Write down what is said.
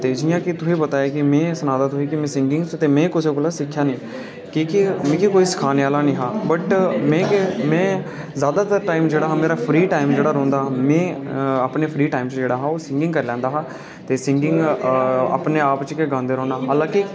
जि'यां कि तुसेंगी पता ऐ कि में सुनाए दा ऐ तुसेंगी सिंगगिंग च ते में कुसै कोला सिक्खेआ नेई क्यूकिं मिगी कोई सिखाने आहला नेईं हा बट में ज्यादातर टाइम जेह्ड़ा हा मेरा हा फ्री टाइम जेह्ड़ा रौंह्दा हा ते में अपने फ्री टाईम च जेह्ड़ा हा सिंगगिंग करी लैंदा होंदा हा ते सिंगगिंग अपने आप च गै गांदे रौंह्दा हा हालांकि